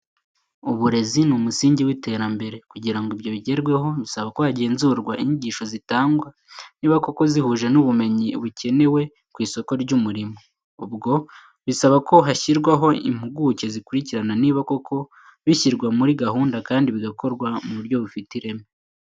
Uburezi ni umusingi w'iterambere, kugira ngo ibyo bigerweho bisaba ko hagenzurwa inyigisho zitangwa niba koko zihuje n'ubumenyi bukenewe ku isoko ry'umurimo. Ubwo bisaba ko hashyirwaho impuguke zikurikirana niba koko bishyirwa muri gahunda kandi bigakorwa mu buryo bufite ireme.